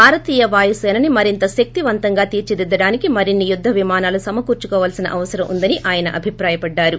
భారతీయ వాయుసేనని మరింత శక్తవంతంగా తీర్చిదిద్దానికి మరిన్సి యుద్ద విమానాలు సమకూర్చుకోవాల్సిన అవసరం ఉందని ఆయన అభిప్రాయపడ్డారు